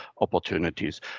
opportunities